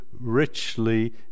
richly